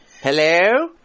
Hello